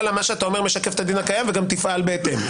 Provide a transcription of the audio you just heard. מה שאתה אומר משקף את הדין הקיים ותפעל בהתאם,